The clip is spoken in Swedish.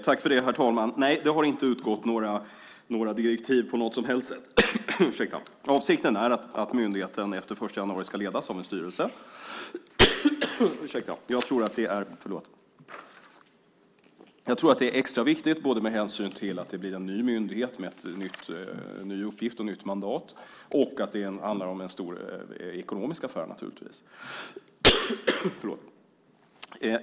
Herr talman! Nej, det har inte utgått några direktiv på något som helst sätt. Avsikten är att myndigheten efter den 1 januari ska ledas av en styrelse. Jag tror att det är extra viktigt både med hänsyn till att det blir en ny myndighet med en ny uppgift och ett nytt mandat och att det handlar om en stor ekonomisk affär naturligtvis.